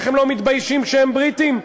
איך הם לא מתביישים שהם בריטים?